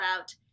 out